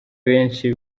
benshi